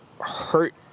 hurt